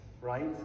right